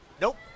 Nope